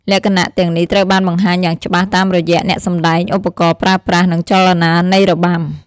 លក្ខណៈទាំងនេះត្រូវបានបង្ហាញយ៉ាងច្បាស់តាមរយៈអ្នកសម្តែង ឧបករណ៍ប្រើប្រាស់ និងចលនានៃរបាំ។